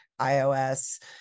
iOS